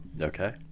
Okay